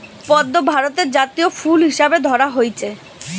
পদ্ম ভারতের জাতীয় ফুল হিসাবে ধরা হইচে